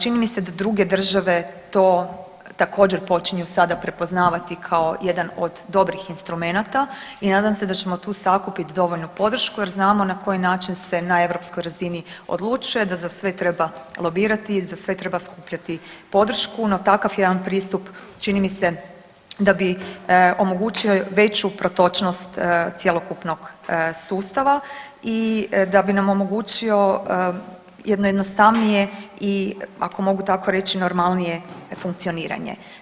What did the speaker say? Čini mi se da druge države to također počinju sada prepoznavati kao jedan od dobrih instrumenata i nadam se da ćemo tu sakupiti dovoljno podršku jer znamo na koji način se na europskoj razini odlučuje, da za sve treba lobirati, za sve treba skupljati podršku, no takav jedan pristup čini mi se da bi omogućio veću protočnost cjelokupnog sustava i da bi nam omogućio jedno jednostavnije i ako mogu tako reći normalnije funkcioniranje.